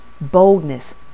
boldness